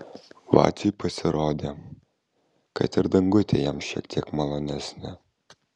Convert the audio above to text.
vaciui pasirodė kad ir dangutė jam šiek tiek malonesnė